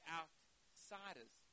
outsiders